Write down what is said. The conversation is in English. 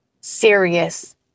serious